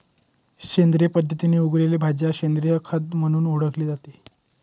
सेंद्रिय पद्धतीने उगवलेल्या भाज्या सेंद्रिय खाद्य म्हणून ओळखले जाते